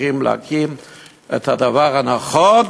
צריכים להקים את הדבר הנכון,